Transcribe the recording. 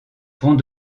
pont